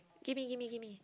give me give me give me